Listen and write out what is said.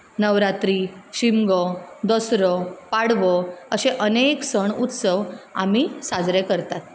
नवरात्री शिगमो दसरो पाडवो अशे अनेक सण उत्सव आमी साजरे करतात